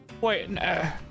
Wait